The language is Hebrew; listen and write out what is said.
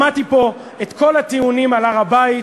שמעתי פה את כל הטיעונים על הר-הבית.